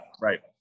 right